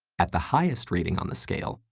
at the highest rating on the scale,